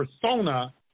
persona